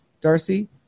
Darcy